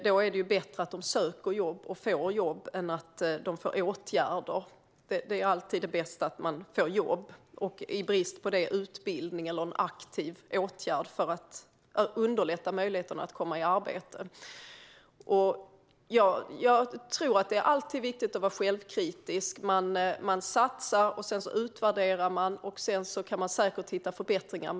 Då är det ju bättre att de söker och får jobb än att de får åtgärder. Det bästa är alltid att man får jobb och i brist på det utbildning eller en aktiv åtgärd för att underlätta att komma i arbete. Det är alltid viktigt att vara självkritisk. Man gör satsningar och utvärderar dem, och sedan kan man säkert hitta sådant som behöver förbättras.